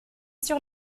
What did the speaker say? sur